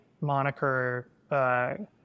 moniker